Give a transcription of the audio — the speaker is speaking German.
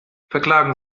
verklagen